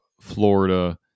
florida